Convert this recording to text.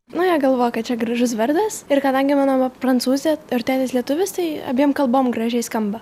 na jie galvoja kad čia gražus vardas ir kadangi mano mama prancūzė ir tėtis lietuvis tai abiem kalbom gražiai skamba